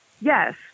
Yes